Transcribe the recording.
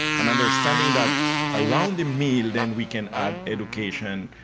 and understanding that around a meal, then, we can add education.